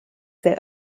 their